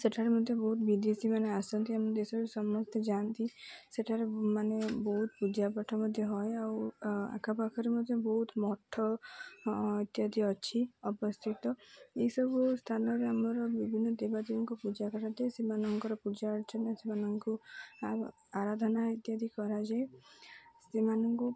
ସେଠାରେ ମଧ୍ୟ ବହୁତ ବିଦେଶୀ ମାନେ ଆସନ୍ତି ଆମ ଦେଶରେ ସମସ୍ତେ ଯାଆନ୍ତି ସେଠାରେ ମାନେ ବହୁତ ପୂଜା ପାଠ ମଧ୍ୟ ହଏ ଆଉ ଆ ଆଖପାଖରେ ମଧ୍ୟ ବହୁତ ମଠ ଇତ୍ୟାଦି ଅଛି ଅବସ୍ଥିତ ଏସବୁ ସ୍ଥାନରେ ଆମର ବିଭିନ୍ନ ଦେବାଦେଦୀଙ୍କୁ ପୂଜା କରାଯାଏ ସେମାନଙ୍କର ପୂଜା ଅର୍ଚନା ସେମାନଙ୍କୁ ଆଉ ଆରାଧନା ହେରିକା ଇତ୍ୟାଦି କରାଯାଏ ସେମାନଙ୍କୁ